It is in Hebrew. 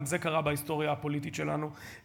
גם זה קרה בהיסטוריה הפוליטית שלנו,